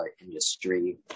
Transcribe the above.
industry